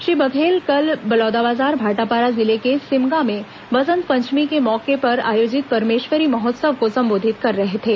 श्री बघेल कल बलौदाबाजार भाटापारा जिले के सिमगा में बसंत पंचमी के मौके आयोजित परमेश्वरी महोत्सव को संबोधित कर रहे थे